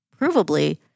provably